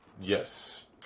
Yes